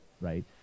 right